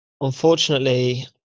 unfortunately